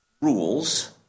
rules